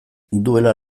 duela